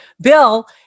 Bill